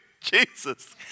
Jesus